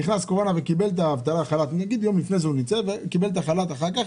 נכנסה הקורונה וקיבל את החל"ת אחר כך,